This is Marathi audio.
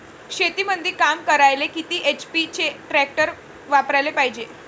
शेतीमंदी काम करायले किती एच.पी चे ट्रॅक्टर वापरायले पायजे?